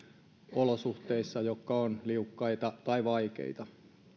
olosuhteissa jotka ovat liukkaita tai vaikeita